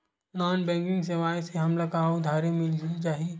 Non banking सेवाएं से हमला उधारी मिल जाहि?